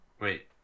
Wait